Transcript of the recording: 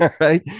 right